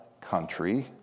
country